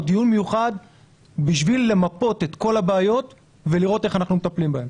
דיון מיוחד בשביל למפות את כל הבעיות ולראות איך אנחנו מטפלים בהן.